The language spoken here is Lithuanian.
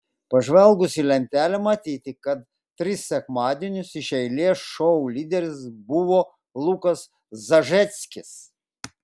pažvelgus į lentelę matyti kad tris sekmadienius iš eilės šou lyderis buvo lukas zažeckis